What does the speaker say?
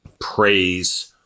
praise